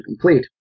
complete